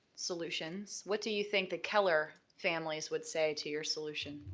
solutions. what do you think the keller families would say to your solution?